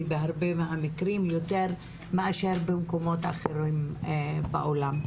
בהרבה מהמקרים יותר מאשר במקומות אחרים בעולם.